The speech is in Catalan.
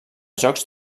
jocs